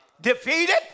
defeated